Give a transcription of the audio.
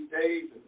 days